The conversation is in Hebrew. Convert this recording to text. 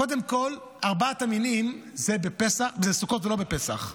קודם כול, ארבעת המינים זה בסוכות ולא בפסח,